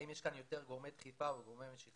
האם יש כאן יותר גורמי דחיפה או גורמי משיכה?